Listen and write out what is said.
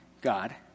God